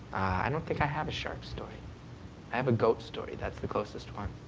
i don't think i have a shark story. i have a goat story, that's the closest one.